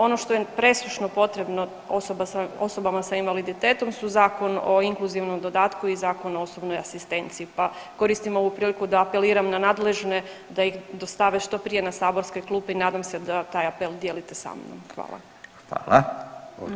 Ono što je presušno potrebno osobama s invaliditetom su Zakon o inkluzivnom dodatku i Zakon o osobnoj asistenciji pa koristim ovu priliku da apeliram na nadležne da ih dostave što prije na saborske klupe i nadam se da taj apel dijelite sa mnom.